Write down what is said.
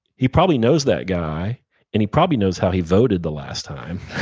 he probably knows that guy and he probably knows how he voted the last time,